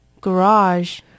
Garage